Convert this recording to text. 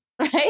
Right